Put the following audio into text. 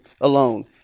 alone